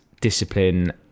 discipline